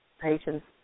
patients